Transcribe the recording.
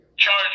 charge